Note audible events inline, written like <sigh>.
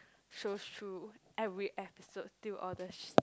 so shrewd every episode till all the sh~ <noise>